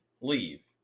leave